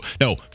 No